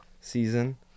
season